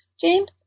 James